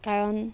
কাৰণ